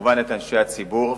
וכמובן את אנשי הציבור.